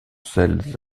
celles